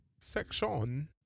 section